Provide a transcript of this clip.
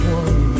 one